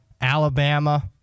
Alabama